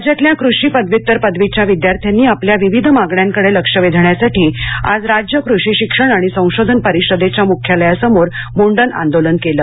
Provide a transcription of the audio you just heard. राज्यातल्या कृषी पदव्यत्तर पदवीच्या विद्यार्थ्यांनी आपल्या विविध मागण्यांकडे लक्ष वेधण्यासाठी आज राज्य कृषी शिक्षण आणि संशोधन परिषदेच्या मुख्यालयासमोर मुंडन आंदोलन केलं